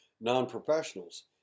non-professionals